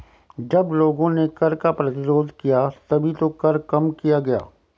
जब लोगों ने कर का प्रतिरोध किया तभी तो कर कम किया गया